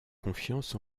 confiance